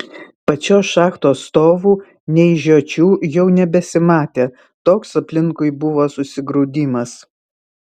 pačios šachtos stovų nei žiočių jau nebesimatė toks aplinkui buvo susigrūdimas